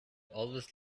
always